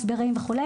הסברים וכו',